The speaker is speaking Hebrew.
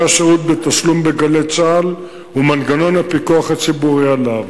השירות בתשלום ב"גלי צה"ל" ומנגנון הפיקוח הציבורי עליו.